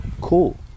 Cool